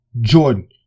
Jordan